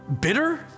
bitter